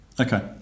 Okay